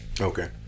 Okay